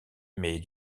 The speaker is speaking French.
mais